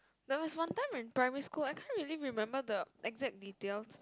there was one time in primary school I can't really remember the exact details